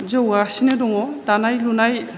जौगा गासिनो दङ दानाय लुनाय